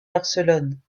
barcelone